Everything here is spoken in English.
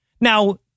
Now